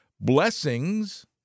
blessings